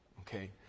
Okay